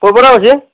ক'ৰ পৰা কৈছে